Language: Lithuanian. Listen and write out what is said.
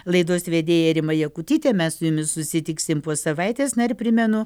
laidos vedėja rima jakutytė mes su jumis susitiksim po savaitės na ir primenu